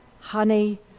honey